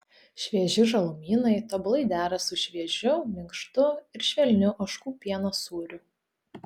švieži žalumynai tobulai dera su šviežiu minkštu ir švelniu ožkų pieno sūriu